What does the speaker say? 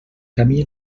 camí